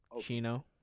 chino